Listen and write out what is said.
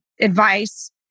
advice